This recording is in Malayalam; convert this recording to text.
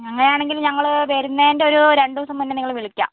അങ്ങനെയാണെങ്കിൽ ഞങ്ങൾ വരുന്നതിൻറ്റെ ഒരു രണ്ടുദിവസം മുന്നേ നിങ്ങളെ വിളിക്കാം